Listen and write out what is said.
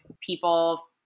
people